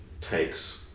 takes